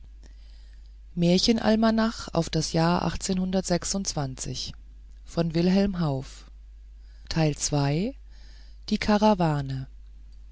herab auf die